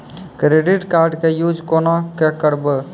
Credit card के use कोना के करबऽ?